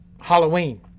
Halloween